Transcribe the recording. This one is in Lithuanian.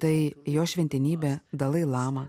tai jo šventenybė dalai lama